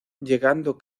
llegando